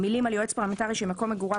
המילים "על יועץ פרלמנטרי שמקום מגוריו